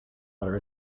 butter